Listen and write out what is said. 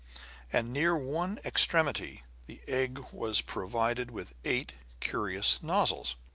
and near one extremity the egg was provided with eight curious nozzles.